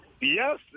Yes